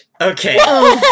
Okay